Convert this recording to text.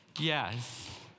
Yes